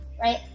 right